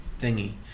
thingy